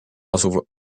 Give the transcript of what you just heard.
asuv